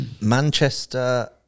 Manchester